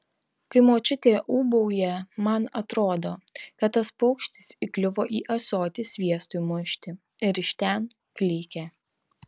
kai močiutė ūbauja man atrodo kad tas paukštis įkliuvo į ąsotį sviestui mušti ir iš ten klykia